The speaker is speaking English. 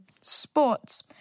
Sports